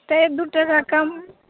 तऽ एक दू टका कम